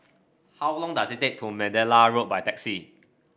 how long does it take to Mandalay Road by taxi